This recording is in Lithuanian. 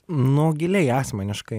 nu giliai asmeniškai